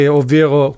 ovvero